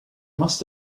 must